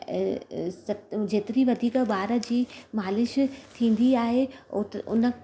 जेतिरी वधीक ॿार जी मालिश थींदी आहे ओत उन